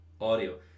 audio